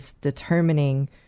determining